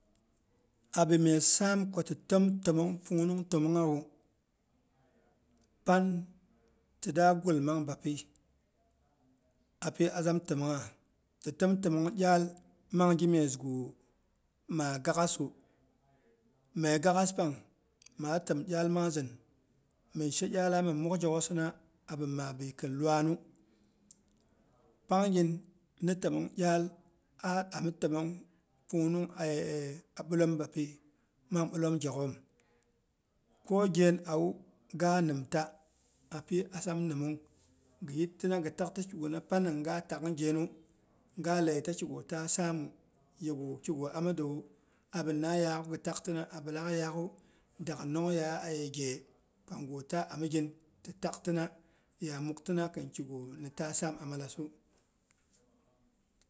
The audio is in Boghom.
Abin myes saamko ti tom tomong pung nung təmonghawu, pan tida gul mang bapi api azam təmongha, ti təm təmong iyal mang gimiyesgu maa gaa'ghasu. Mye gak'ghas pang maa təm iyal mangzin, min she iyala muri muk gyak'ghosina abin mabi kɨn iwanu. Pangnyin mi təmong iyal ah ami təmong pungnung a bilem bapi, mang bilem gyak'ghom. Koghen awu, ga nimta api azam ni mung gɨ yitina gɨtakti kiguna panna ni gaa tak'gh ghenu. Ga lei ta kigu taa saamu, yegu kigu amida wu abina yaakgwu gɨ tyaktina abilaah yaakghu dagɨ nongyeiya ayeghe pangu ta amigin titaktina ya muktina khin kigu ta saam a malasu